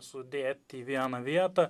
sudėt į vieną vietą